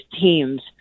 teams